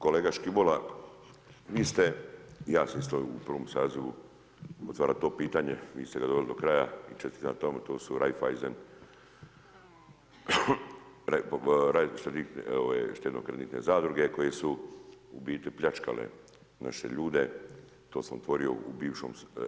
Kolega Škibola, vi ste i ja sam isto u prvom sazivu otvarao to pitanje, vi ste ga doveli do kraja i čestitam na tome to su Raiffeisen, štedno kreditne zadruge koje su u biti pljačkale naše ljude, to sam otvorio u bivšem.